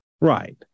Right